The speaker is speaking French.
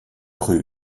rue